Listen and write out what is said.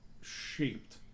shaped